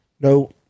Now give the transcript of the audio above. No